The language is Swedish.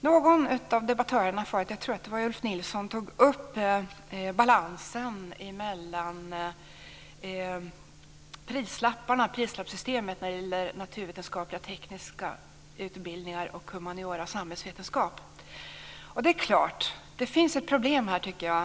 Någon av debattörerna förut - jag tror att det var Det gäller naturvetenskapliga-tekniska utbildningar och humaniora-samhällsvetenskap. Det finns ett problem här.